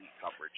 coverage